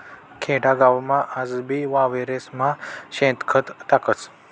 खेडागावमा आजबी वावरेस्मा शेणखत टाकतस